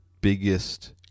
biggest